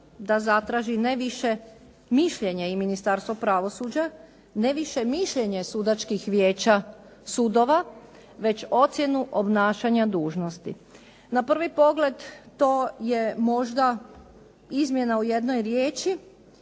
da zatraži ne više mišljenje i Ministarstva pravosuđa, ne više mišljenje sudačkih vijeća sudova već ocjenu obnašanja dužnosti. Na prvi pogled to je možda izmjena u jednoj riječi